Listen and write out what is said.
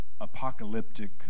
apocalyptic